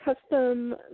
custom